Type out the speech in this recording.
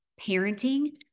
parenting